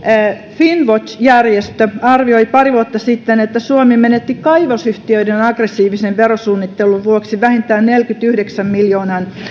finnwatch järjestö arvioi pari vuotta sitten että suomi menetti kaivosyhtiöiden aggressiivisen verosuunnittelun vuoksi vähintään neljänkymmenenyhdeksän miljoonan